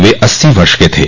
वे अस्सी वर्ष के थे